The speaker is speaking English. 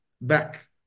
back